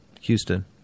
Houston